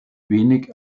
wenig